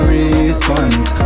response